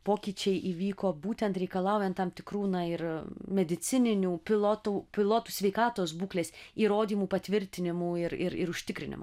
pokyčiai įvyko būtent reikalaujant tam tikrų na ir medicininių pilotų pilotų sveikatos būklės įrodymų patvirtinimų ir ir ir užtikrinimo